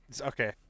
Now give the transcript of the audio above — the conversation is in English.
Okay